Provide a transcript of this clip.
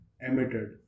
emitted